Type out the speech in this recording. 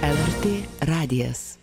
lrt radijas